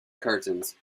curtains